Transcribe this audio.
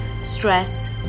stress